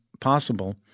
possible